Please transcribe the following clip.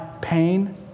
pain